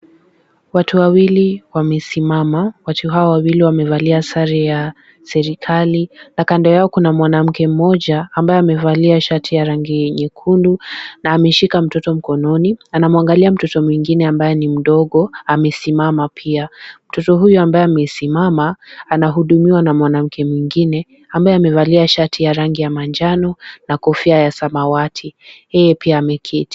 Watu wawili wamesimama, watu hao wawili wamevalia sare ya serikali na kando yao kuna mwanamke mmoja ambaye amevalia shati ya rangi nyekundu na ameshika mtoto mkononi. Anamwangalia mtoto mwingine ambaye ni mdogo, amesimama pia. Mtoto huyu ambaye amesimama anahudumiwa na mwanamke mwingine ambaye amevalia shati ya rangi ya manjano na kofia ya samawati. Yeye pia ameketi.